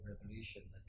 revolution